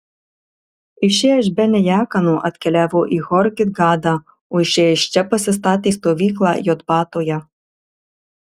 išėję iš bene jaakano atkeliavo į hor gidgadą o išėję iš čia pasistatė stovyklą jotbatoje